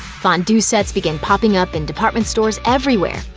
fondue sets began popping up in department stores everywhere,